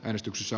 äänestyksessä